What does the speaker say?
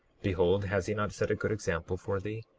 behold, has he not set a good example for thee?